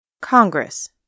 Congress